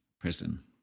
prison